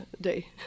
day